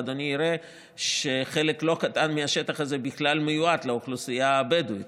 ואדוני יראה שחלק לא קטן מהשטח הזה בכלל מיועד לאוכלוסייה הבדואית